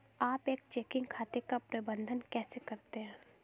आप एक चेकिंग खाते का प्रबंधन कैसे करते हैं?